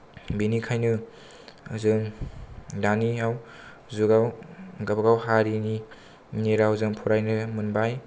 बिनिखायनो जों दानियाव जुगाव गावबा गाव हारिनि नि रावजों फरायनो मोनबाय